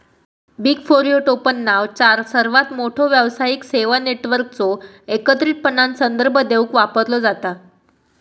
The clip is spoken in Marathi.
बिग फोर ह्यो टोपणनाव चार सर्वात मोठ्यो व्यावसायिक सेवा नेटवर्कचो एकत्रितपणान संदर्भ देवूक वापरलो जाता